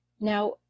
Now